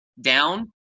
down